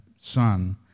son